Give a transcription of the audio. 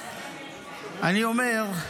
אני אומר,